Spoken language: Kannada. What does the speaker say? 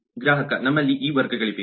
ಗ್ರಾಹಕ ನಮ್ಮಲ್ಲಿ ಈ ವರ್ಗಗಳಿವೆ